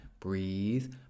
Breathe